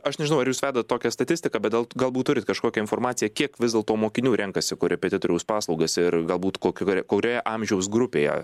aš nežinau ar jūs radote tokią statistiką bet galbūt turite kažkokią informaciją kiek vis dėlto mokinių renkasi korepetitoriaus paslaugas ir galbūt kokio kurioje amžiaus grupėje